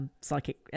psychic